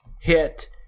hit